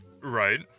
Right